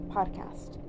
Podcast